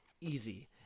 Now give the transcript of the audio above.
easy